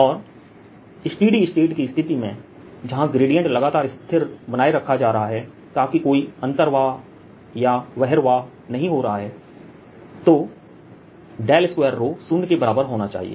और steady state की स्थिति में जहां ग्रेडियंट लगातार स्थिर बनाए रखा जा रहा है ताकि कोई अंतर्वाह या बहिर्वाह नहीं हो रहा है तो 2 शून्य के बराबर होना चाहिए